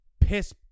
piss